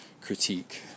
critique